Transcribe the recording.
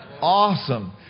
Awesome